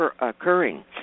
occurring